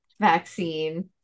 vaccine